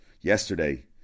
Yesterday